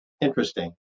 Interesting